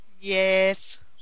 Yes